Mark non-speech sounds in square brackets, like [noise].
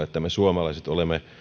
[unintelligible] että me suomalaiset olemme